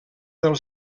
del